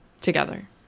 together